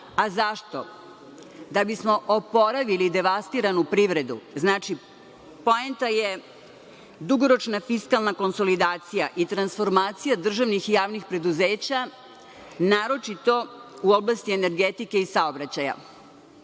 a zašto? Da bismo oporavili devastiranu privredu. Znači, poenta je dugoročna fiskalna konsolidacija i transformacija državnih i javnih preduzeća, naročito u oblasti energetike i saobraćaja.